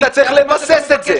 אתה צריך לבסס את זה.